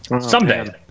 someday